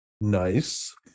Nice